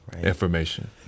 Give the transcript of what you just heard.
information